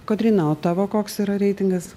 kotryna o tavo koks yra reitingas